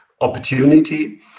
opportunity